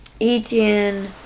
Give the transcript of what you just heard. Etienne